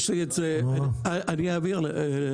אני אעביר אליך.